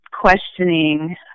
questioning